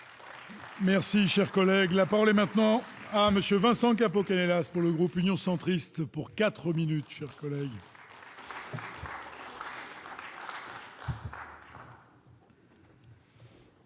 Merci, cher collègue, la parole est maintenant à monsieur Vincent Capo Canellas pour le groupe Union centriste pour 4 minutes chers collègues.